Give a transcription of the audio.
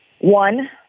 one